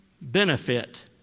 benefit